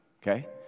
Okay